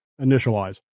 initialize